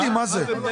מה זה?